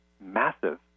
massive